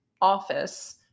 office